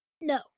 No